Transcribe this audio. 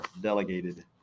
delegated